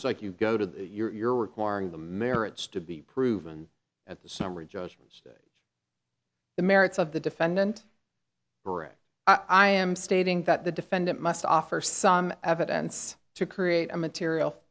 that like you go to that you're requiring the merits to be proven at the summary judgment that the merits of the defendant brett i am stating that the defendant must offer some evidence to create a material